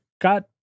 got